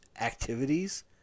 activities